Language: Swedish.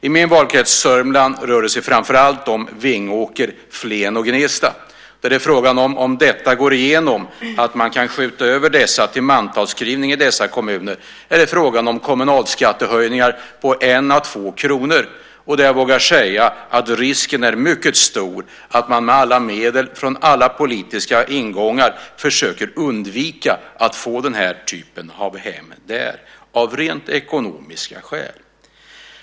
I min valkrets, Sörmland, rör det sig framför allt om Vingåker, Flen och Gnesta, där det är fråga om att om detta går igenom, det vill säga om man kan skjuta över dessa personer till mantalsskrivning i dessa kommuner, så medför det kommunalskattehöjningar på 1-2 kr. Jag vågar säga att risken är mycket stor att man med alla medel från alla politiska ingångar försöker undvika att få den här typen av hem där - av rent ekonomiska skäl.